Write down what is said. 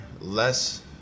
less